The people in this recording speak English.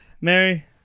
Mary